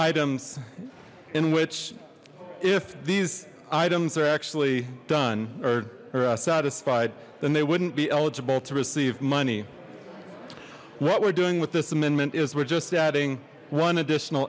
items in which if these items are actually done or satisfied then they wouldn't be eligible to receive money what we're doing with this amendment is we're just adding one additional